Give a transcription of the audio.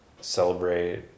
celebrate